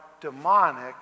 demonic